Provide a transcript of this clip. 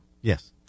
Yes